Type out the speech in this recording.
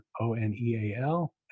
o-n-e-a-l